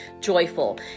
joyful